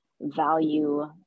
value